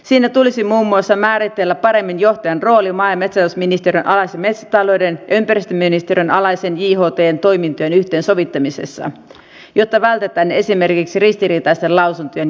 siinä tulisi muun muassa määritellä paremmin johtajan rooli maa ja metsätalousministeriön alaisen metsätalouden ja ympäristöministeriön alaisen jhtn toimintojen yhteensovittamisessa jotta vältetään esimerkiksi ristiriitaisten lausuntojen julkituominen